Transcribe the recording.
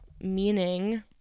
meaning